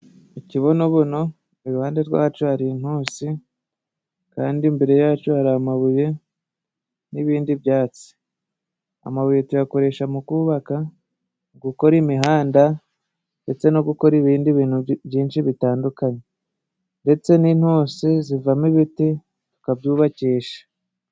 Ikibonobono iruhande rwacu hari intusi kandi imbere yacu hari amabuye n'ibindi byatsi amabuye tuyakoresha mu kubaka gukora imihanda ndetse no gukora ibindi bintu byinshi bitandukanye ndetse n'intusi zivamo ibiti tukabyubakisha.